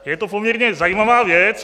Je to poměrně zajímavá věc.